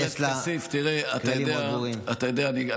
יש לה כללים ברורים מאוד.